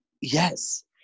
Yes